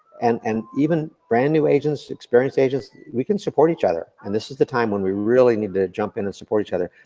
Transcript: and and even brand new agents, experienced agents, we can support each other. and this is the time when we really need to jump in and support each other.